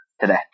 today